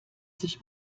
sich